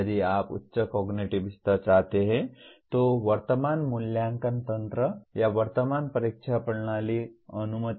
यदि आप उच्च कॉगनिटिव स्तर चाहते हैं तो वर्तमान मूल्यांकन तंत्र या वर्तमान परीक्षा प्रणाली अनुमति नहीं देती है